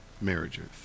marriages